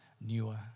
newer